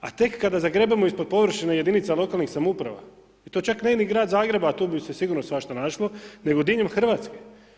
A tek kada zagrebemo ispod površine jedinica lokalnih samouprava i to čak ne ni grad Zagreba a tu bi se sigurno svašta našlo nego diljem Hrvatske.